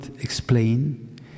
explain